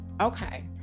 Okay